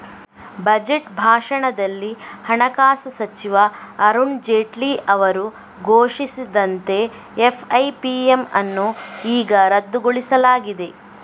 budget ಭಾಷಣದಲ್ಲಿ ಹಣಕಾಸು ಸಚಿವ ಅರುಣ್ ಜೇಟ್ಲಿ ಅವರು ಘೋಷಿಸಿದಂತೆ ಎಫ್.ಐ.ಪಿ.ಎಮ್ ಅನ್ನು ಈಗ ರದ್ದುಗೊಳಿಸಲಾಗಿದೆ